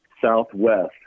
Southwest